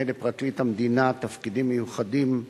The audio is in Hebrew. לפרקליט המדינה (תפקידים מיוחדים)